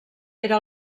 era